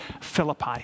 philippi